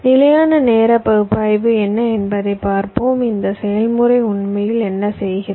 நிலையான நேர பகுப்பாய்வு என்ன என்பதைப் பார்ப்போம் இந்த செயல்முறை உண்மையில் என்ன செய்கிறது